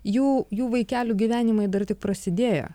jų jų vaikelių gyvenimai dar tik prasidėjo